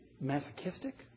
masochistic